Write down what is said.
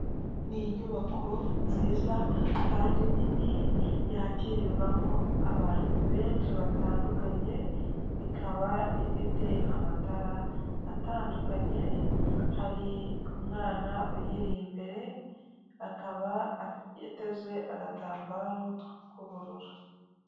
N'inyubako nziza kandi nini yakiririrwamo abantu benshi batandukanye, ikaba ifite amatara atandukanye, hari umwana uyiri imbere, akaba yateze agatambaro k'ubururu.